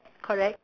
correct